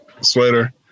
sweater